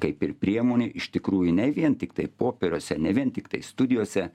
kaip ir priemonė iš tikrųjų ne vien tiktai popieriuose ne vien tiktai studijose